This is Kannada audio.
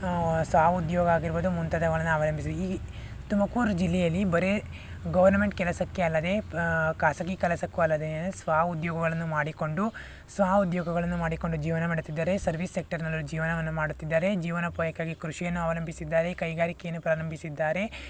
ಸ್ವ ಉದ್ಯೋಗ ಆಗಿರ್ಬೋದು ಮುಂತಾದವುಗಳನ್ನು ಅವಲಂಬಿಸಿ ಈ ತುಮಕೂರು ಜಿಲ್ಲೆಯಲ್ಲಿ ಬರೇ ಗೌರ್ನಮೆಂಟ್ ಕೆಲಸಕ್ಕೆ ಅಲ್ಲದೆ ಖಾಸಗಿ ಕೆಲಸಕ್ಕೂ ಅಲ್ಲದೆ ಸ್ವ ಉದ್ಯೋಗಗಳನ್ನು ಮಾಡಿಕೊಂಡು ಸ್ವ ಉದ್ಯೋಗಗಳನ್ನು ಮಾಡಿಕೊಂಡು ಜೀವನ ಮಾಡುತ್ತಿದ್ದರೆ ಸರ್ವೀಸ್ ಸೆಕ್ಟರ್ನಲ್ಲೂ ಜೀವನವನ್ನು ಮಾಡುತ್ತಿದ್ದಾರೆ ಜೀವನೋಪಾಯಕ್ಕಾಗಿ ಕೃಷಿಯನ್ನು ಅವಲಂಬಿಸಿದ್ದಾರೆ ಕೈಗಾರಿಕೆಯನ್ನು ಪ್ರಾರಂಭಿಸಿದ್ದಾರೆ